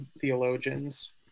theologians